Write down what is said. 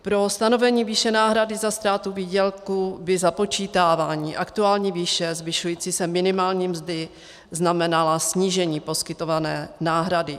Pro stanovení výše náhrady za ztrátu výdělku by započítávání aktuální výše zvyšující se minimální mzdy znamenalo snížení poskytované náhrady.